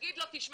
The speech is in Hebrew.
ולהגיד לו "תשמע,